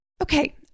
Okay